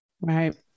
Right